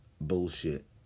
bullshit